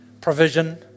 provision